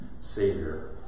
Savior